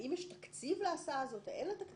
האם יש תקציב להסעה או אין תקציב,